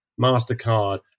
MasterCard